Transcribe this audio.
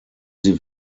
sie